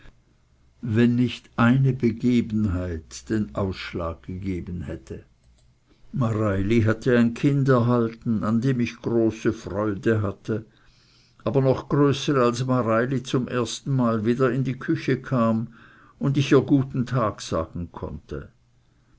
wenn nicht eine begebenheit den ausschlag gegeben hätte mareili hatte ein kind erhalten an dem ich große freude hatte aber noch größere als mareili zum ersten male wieder in die küche kam und ich ihr guten tag sagen konnte